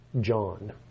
John